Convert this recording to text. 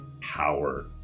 power